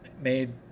made